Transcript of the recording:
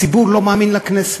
הציבור לא מאמין לכנסת.